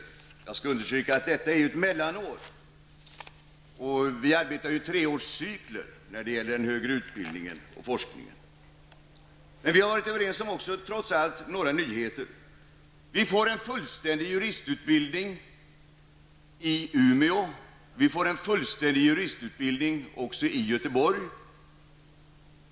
Jag skall emellertid understryka att detta är ett mellanår och att vi ju arbetar i treårscykler när det gäller den högre utbildningen och forskningen. Men vi har trots allt varit överens om några nyheter. Vi får en fullständig juristutbildning i Umeå. Vi får en fullständig juristutbildning också i Göteborg.